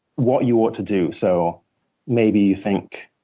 what you ought to do. so maybe you think,